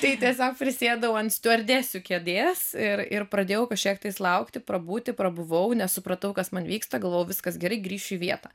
tai tiesiog prisėdau ant stiuardesių kėdės ir ir pradėjau kažkiek tai laukti prabūti prabuvau nesupratau kas man vyksta galvojau viskas gerai grįšiu į vietą